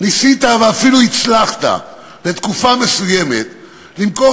ניסית ואפילו הצלחת לתקופה מסוימת למכור